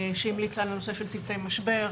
שהמליצה על הנושא של צוותי משבר.